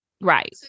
Right